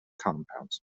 compounds